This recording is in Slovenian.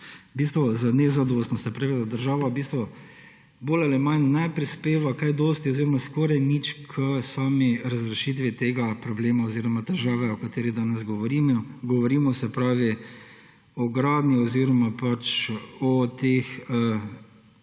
kot nezadostno. Se pravi, da država bolj ali manj ne prispeva kaj dosti oziroma skoraj nič k sami razrešitvi tega problema oziroma težave, o katerih danes govorimo; se pravi, o gradnji oziroma o teh